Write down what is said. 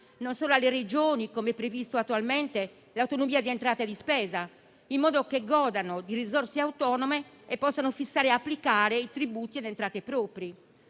non solo alle Regioni (com'è previsto attualmente), dell'autonomia di entrata e di spesa, in modo che godano di risorse autonome e possano fissare e applicare i tributi e le entrate proprie;